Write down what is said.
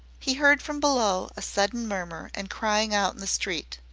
he heard from below a sudden murmur and crying out in the street.